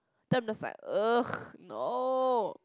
then I'm just like !ugh! no